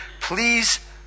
Please